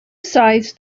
sides